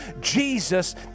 Jesus